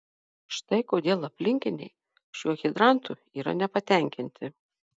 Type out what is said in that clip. štai kodėl aplinkiniai šiuo hidrantu yra nepatenkinti